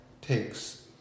takes